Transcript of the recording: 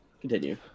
Continue